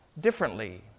differently